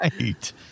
Right